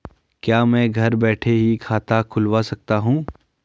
क्या मैं घर बैठे ही खाता खुलवा सकता हूँ?